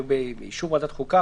ובאישור ועדת החוקה,